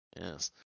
Yes